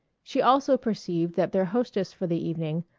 she also perceived that their hostess for the evening,